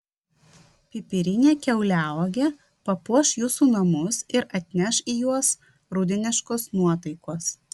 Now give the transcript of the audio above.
pipirinė kiauliauogė papuoš jūsų namus ir atneš į juos rudeniškos nuotaikos